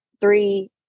three